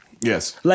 Yes